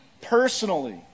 personally